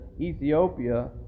Ethiopia